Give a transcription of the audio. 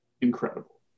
incredible